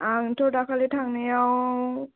आंथ' दाखालि थांनायाव